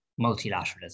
multilateralism